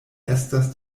estas